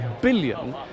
billion